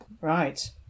Right